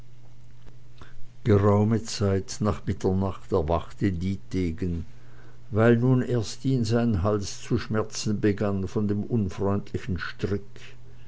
geraume zeit nach mitternacht erwachte dietegen weil nun erst ihn sein hals zu schmerzen begann von dem unfreundlichen strick